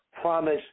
Promise